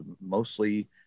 mostly